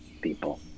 people